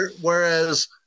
Whereas